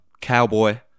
Cowboy